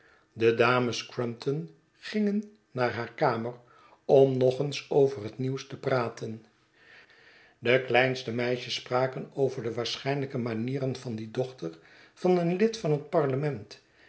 de dames crumpton gingen naar haar kamer om nog eens over het nieuws te praten de kleinste meisjes spraken over de waarschijnlijke manieren van die dochter van een lid van het parlement